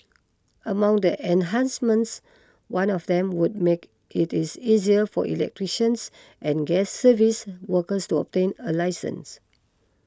among the enhancements one of them would make it is easier for electricians and gas service workers to obtain a licence